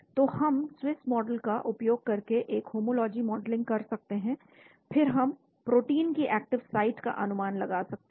तो हम Swiss model का उपयोग करके एक होमोलॉजी मॉडलिंग कर सकते हैं फिर हम प्रोटीन की एक्टिव साइट का अनुमान लगा सकते हैं